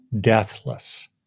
deathless